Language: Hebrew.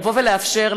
לבוא ולאפשר,